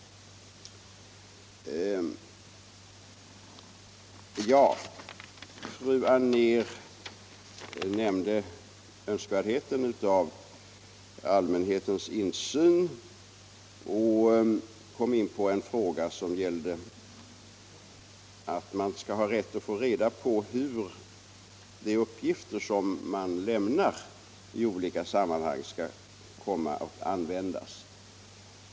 Fru Anér nämnde önskvärdheten av allmänhetens insyn och kom in på en fråga som gällde att man skall ha rätt att få reda på hur de uppgifter som man lämnar i olika sammanhang kan komma att användas.